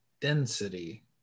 Density